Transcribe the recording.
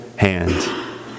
hand